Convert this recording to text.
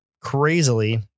Crazily